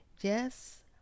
Yes